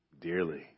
dearly